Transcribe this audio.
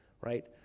right